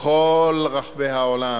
בכל רחבי העולם,